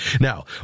Now